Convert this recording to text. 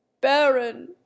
baron